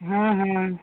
हाँ हाँ